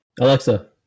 Alexa